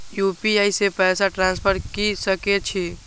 UPI से पैसा transfer की सके छी?